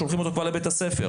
שולחים אותו כבר לבית הספר.